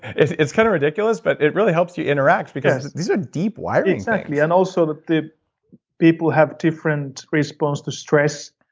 it's it's kind of ridiculous, but it really helps you interact, because these are deep wiring things exactly, and also the the people have different responses to stress.